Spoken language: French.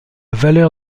valeur